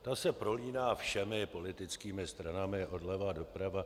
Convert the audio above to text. Ta se prolíná všemi politickými stranami odleva doprava.